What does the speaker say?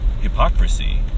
hypocrisy